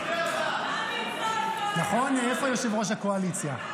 נכון, איפה יושב-ראש הקואליציה?